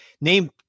name